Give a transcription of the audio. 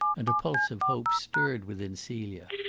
and a pulse of hope stirred within celia.